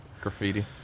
Graffiti